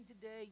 today